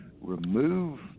remove